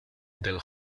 del